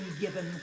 given